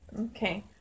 okay